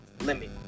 limit